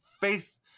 faith